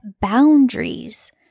boundaries